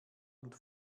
und